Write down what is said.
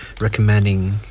recommending